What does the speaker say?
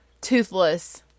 toothless